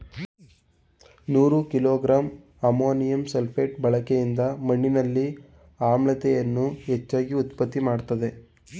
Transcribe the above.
ನೂರು kilogram ammonium sulphate ಬಳಕೆಯಿಂದ ಮಣ್ಣಿನಲ್ಲಿ ಆಮ್ಲೀಯತೆಯನ್ನು ಹೆಚ್ಚಾಗಿ ಉತ್ಪತ್ತಿ ಮಾಡ್ತದೇ